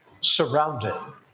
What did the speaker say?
surrounded